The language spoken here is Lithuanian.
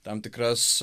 tam tikras